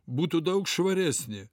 būtų daug švaresnė